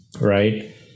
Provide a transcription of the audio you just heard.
right